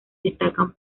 destacan